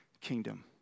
kingdom